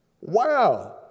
Wow